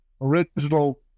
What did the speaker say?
original